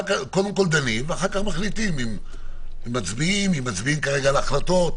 קודם כל דנים ואחר כך מחליטים אם מצביעים על ההחלטות,